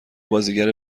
بازیگر